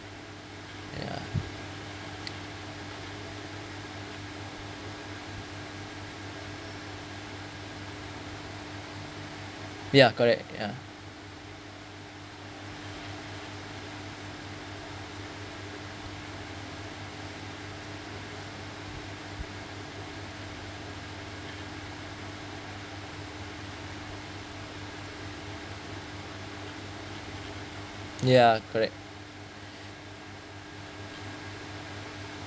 ya ya correct ya ya correct